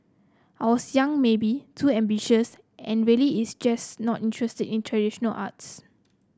I was young maybe too ambitious and really is just not interested in traditional arts